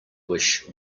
wish